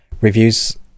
reviews